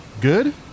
Good